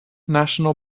national